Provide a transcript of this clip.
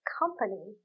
company